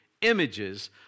images